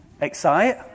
Excite